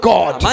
God